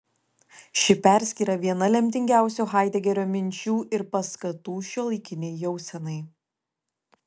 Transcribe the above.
ši perskyra viena lemtingiausių haidegerio minčių ir paskatų šiuolaikinei jausenai